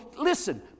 Listen